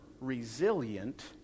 resilient